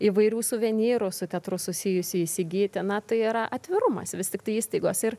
įvairių suvenyrų su teatru susijusių įsigyti na tai yra atvirumas vis tiktai įstaigos ir